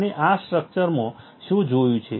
આપણે આ સ્ટ્રકચરમાં શું જોયું છે